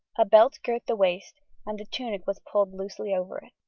a belt girt the waist, and the tunic was pulled loosely over it.